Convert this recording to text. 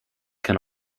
can